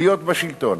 להיות בשלטון?